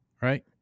Right